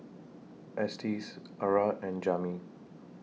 Estes Arah and Jami